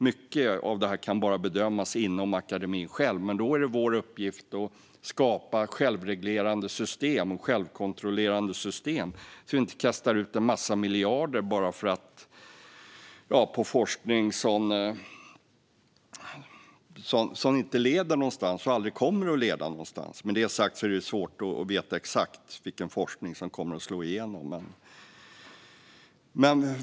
Mycket av detta kan bara bedömas inom akademin, men då är det vår uppgift att skapa självreglerande och självkontrollerande system, så att vi inte kastar ut en massa miljarder på forskning som inte leder någonstans och aldrig kommer att leda någonstans. Med detta sagt är det svårt att veta exakt vilken forskning som kommer att slå igenom.